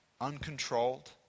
uncontrolled